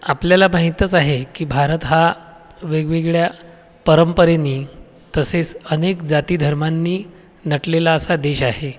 आपल्याला माहितच आहे की भारत हा वेगवेगळ्या परंपरेनी तसेच अनेक जातीधर्मांनी नटलेला असा देश आहे